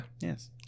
Yes